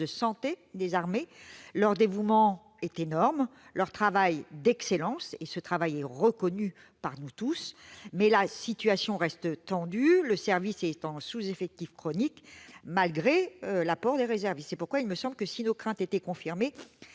santé des armées. Le dévouement de ses personnels est énorme et leur travail, d'excellence, est reconnu par nous tous. Mais la situation reste très tendue, le service est en sous-effectif chronique, malgré l'apport des réservistes. C'est pourquoi il me semble que, si nos craintes étaient confirmées,